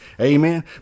amen